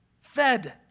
fed